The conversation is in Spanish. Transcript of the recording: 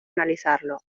analizarlo